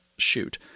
Shoot